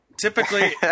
typically